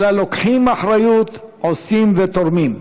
אלא לוקחים אחריות, עושים ותורמים.